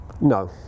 No